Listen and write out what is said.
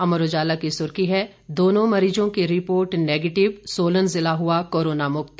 अमर उजाला की सुर्खी है दोनों मरीजों की रिपोर्ट नेगेटिव सोलन जिला हुआ कोरोना मुक्त